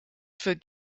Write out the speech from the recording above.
für